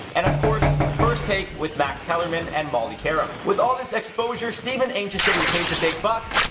and of course, first take with max kellerman and molly qerim care um. with all this exposure stephen ain't just getting paid the big bucks,